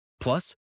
Plus